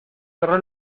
cerró